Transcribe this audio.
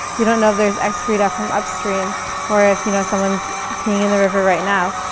you don't know if there's excreta from upstream or if you know someone's peeing in the river right now.